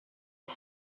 and